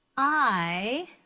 i